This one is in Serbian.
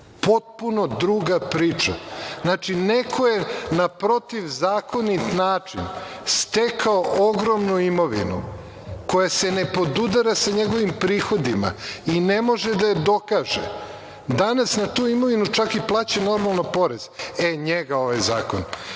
potpuno druga priča. Znači, neko je na protivzakonit način stekao ogromnu imovinu koja se ne podudara sa njegovim prihodima i ne može da je dokaže. Danas na tu imovinu čak i plaća normalno porez, e njega ovaj zakon